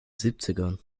siebzigern